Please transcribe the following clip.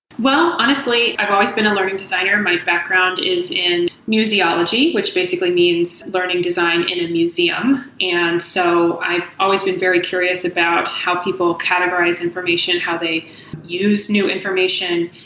well, honestly, i've always been a learning designer. my background is in musicology, which basically means learning design in museum. and so i've always been very curious about how people categorize information. how they use new information,